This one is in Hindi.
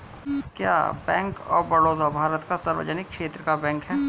क्या बैंक ऑफ़ बड़ौदा भारत का सार्वजनिक क्षेत्र का बैंक है?